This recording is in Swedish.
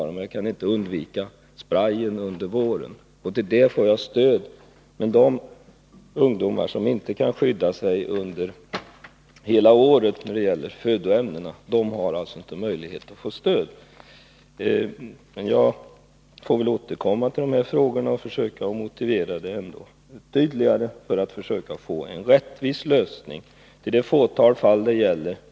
Däremot kan jag inte undvara sprej under våren, men för kostnaden för den får jag stöd. Ungdomar som har problem under hela året och som inte kan skydda sig när det gäller födoämnen har emellertid inte möjlighet att få stöd. Jag får väl återkomma till dessa frågor och försöka motivera dem bättre för att få en rättvis lösning av problemet för det fåtal fall det gäller.